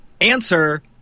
Answer